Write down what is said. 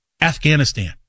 Afghanistan